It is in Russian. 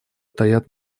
таят